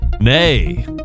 Nay